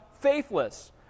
faithless